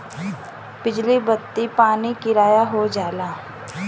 बिजली बत्ती पानी किराया हो जाला